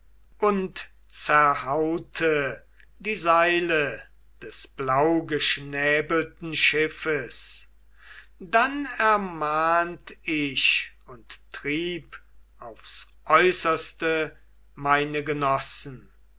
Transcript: und zerhaute die seile des blaugeschnäbelten schiffes dann ermahnt ich und trieb aufs äußerste meine genossen